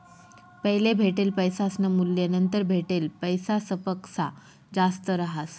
पैले भेटेल पैसासनं मूल्य नंतर भेटेल पैसासपक्सा जास्त रहास